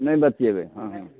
नहि बतिएबै हँ हँ